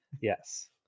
Yes